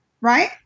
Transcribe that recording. right